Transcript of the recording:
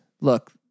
Look